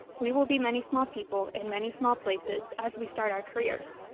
we will be many small people in many small places as we start our careers,